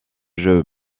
jeu